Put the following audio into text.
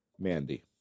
Mandy